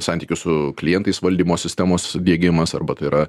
santykių su klientais valdymo sistemos diegimas arba tai yra